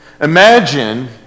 Imagine